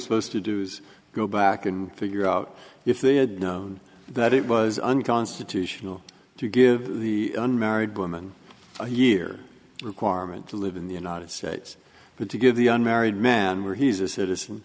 supposed to do is go back and figure out if they had known that it was unconstitutional to give the unmarried women a year requirement to live in the united states but to give the unmarried man where he's a citizen